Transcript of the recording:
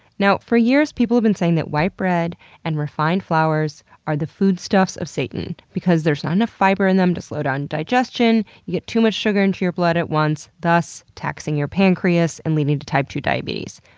now, for years people have been saying that white bread and refined flours are the foodstuffs of satan because there's not enough fiber in them to slow down digestion, and you get too much sugar into your blood at once, thus taxing your pancreas and leading to type two diabetes.